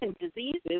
diseases